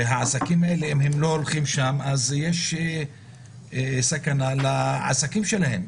ויש סכנה לעסקים שלהם.